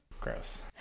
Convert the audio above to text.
gross